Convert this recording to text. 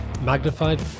Magnified